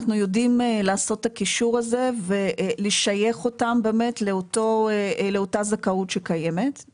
אנחנו יודעים לעשות את הקישור הזה ולשייך אותם באמת לאותה זכאות שקיימת.